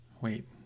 wait